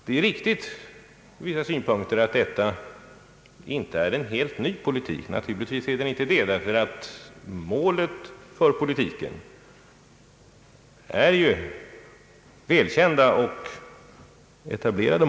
Det är från vissa synpunkter riktigt att detta inte är en helt ny politik. Naturligtvis är den inte det, ty målen för politiken är ju välkända och etablerade.